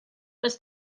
was